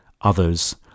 others